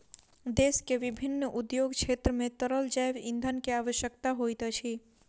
देश के विभिन्न उद्योग क्षेत्र मे तरल जैव ईंधन के आवश्यकता होइत अछि